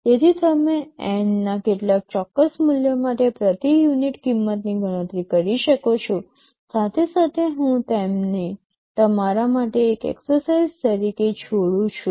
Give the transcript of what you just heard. તેથી તમે N ના કેટલાક ચોક્કસ મૂલ્ય માટે પ્રતિ યુનિટ કિંમતની ગણતરી કરી શકો છો સાથે સાથે હું તેને તમારા માટે એક એક્સરસાઇઝ તરીકે છોડું છું